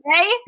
okay